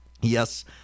Yes